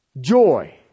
joy